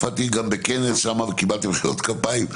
הופעתי גם בכנס שקיבלתי מחיאות כפיים.